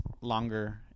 longer